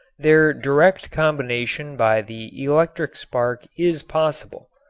their direct combination by the electric spark is possible.